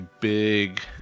big